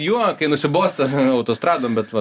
juo kai nusibosta autostradom bet va